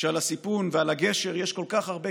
כשעל הסיפון ועל הגשר יש כל כך הרבה